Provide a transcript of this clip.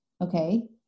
Okay